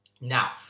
Now